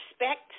respect